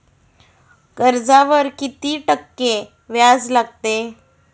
कर्जावर किती टक्के व्याज लागते?